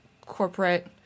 corporate